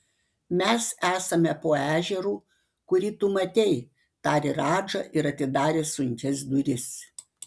mes esame po ežeru kurį tu matei tarė radža ir atidarė sunkias duris